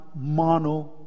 mono